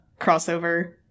crossover